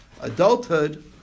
adulthood